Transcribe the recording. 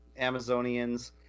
Amazonians